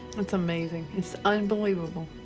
it's amazing. it's unbelievable.